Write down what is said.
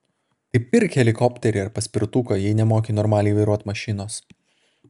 tai pirk helikopterį ar paspirtuką jei nemoki normaliai vairuot mašinos